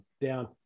down